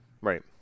Right